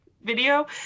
video